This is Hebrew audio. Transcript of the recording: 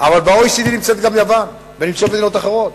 אבל ב-OECD נמצאת גם יוון ונמצאות מדינות אחרות.